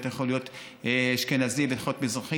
אתה יכול להיות אשכנזי ואתה יכול להיות מזרחי.